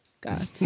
God